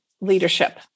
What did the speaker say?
leadership